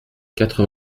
quatre